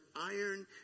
iron